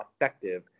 effective